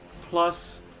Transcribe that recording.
plus